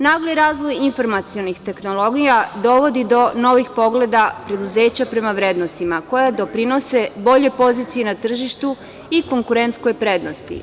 Nagli razvoj informacionih tehnologija dovodi do novih pogleda preduzeća prema vrednostima koja doprinese boljoj poziciji na tržištu i konkurentskoj prednosti.